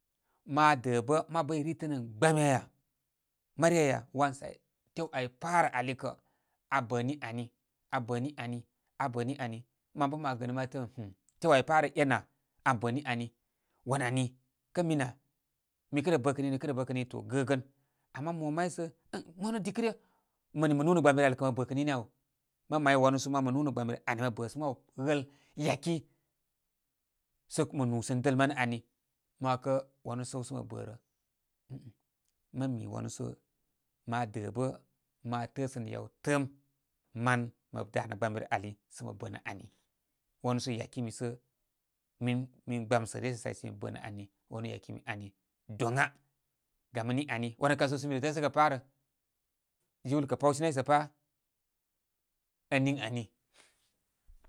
Ma də' bə' mabu i ritə in gbami aya, mari aya wan say tew ay pārə ali kə abə' ni ani, abə' ni ani, abə ni ani man bə' ma giplusnə ma tatuarnə mən hin, tew, ay pa rə e'n nə' abə ni ani, wan ani, kə min na mi kə re bə kə' nini, mi kə re bə kə nini to gəgən. Ama mo may sə ən mo nən dikə ryə man mə nū nə gbami rə ali kə mə bə' kə' ni nə ya wo. Mə may wanu sə man mə nūnə gbami rə ani mə bə' sə mabu gbəl yaki sə mə nūsənə dəl manə ani. Ma 'wakə wanu səw sə mə bə rə. nini mə mi wanu sə ma də bə' ma təəsənə yaw təəm man mə danə gbami rə ali sə məbənə ani. Wanusə yakini sə min min gbasə' ryə say sə mi bə nə ani. Wanu yakimi ani doŋa. Gam niŋ ani, wanu kan səw sə mire tə'ə'səgə pā rə. Jiwlə kə pawshe nay sə pā ən niŋ ani.